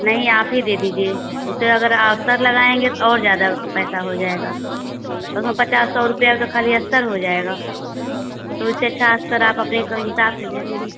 नहीं आप ही दे दीजिए उससे अगर आप अस्तर लगाएँगे तो और ज़्यादा पैसा हो जाएगा तब हम पचास सौ रुपया तो खाली अस्तर हो जाएगा तो इससे अच्छा अस्तर आप अपने को हिसाब से दे दीजिए